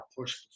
push